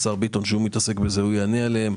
השר ביטון שמתעסק בזה יענה עליהם.